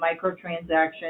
microtransactions